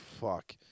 fuck